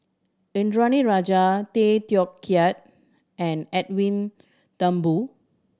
Indranee Rajah Tay Teow Kiat and Edwin Thumboo